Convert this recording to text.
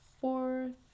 fourth